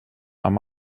amb